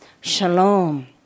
shalom